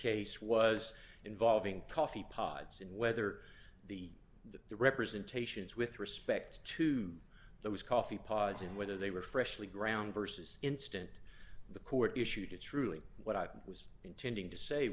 case was involving coffee pods and whether the the representations with respect to those coffee pods and whether they were freshly ground versus instant the court issued its ruling what i was intending to say